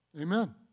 Amen